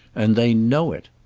and they know it.